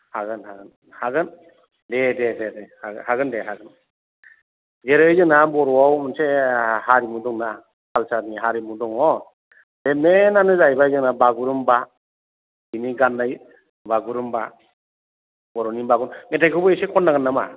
हागोन हागोन हागोन दे दे दे हागोन दे हागोन जेरै जोंना बर'आव मोनसे हारिमु दंना कालसारनि हारिमु दङ बे मेनआनो जाहैबाय जोंना बागुरुम्बा बिनि गाननाय बागुरुम्बा बर'नि बागुरुम्बा मेथाइखौबो एसे खननांगोन नामा